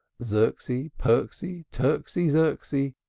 xerxy, perxy, turxy, xerxy,